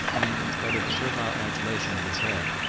and, in spite of the servile adulation it has had,